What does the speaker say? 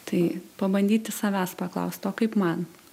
tai pabandyti savęs paklaust okaip man